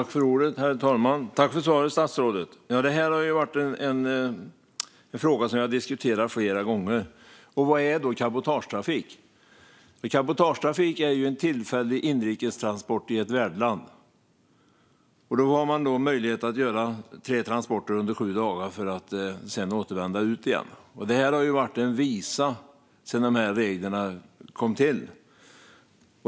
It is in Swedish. Herr talman! Tack för svaret, statsrådet! Det här är en fråga som vi har diskuterat flera gånger. Vad är då cabotagetrafik? Cabotagetrafik är en tillfällig inrikestransport i ett värdland. Man har möjlighet att göra tre transporter under sju dagar för att sedan återvända ut igen. Sedan de reglerna kom till har detta varit en visa.